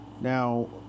Now